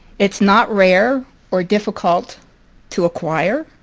it's not rare or difficult to acquire.